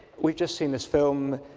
we've just seen this film